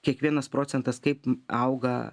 kiekvienas procentas kaip auga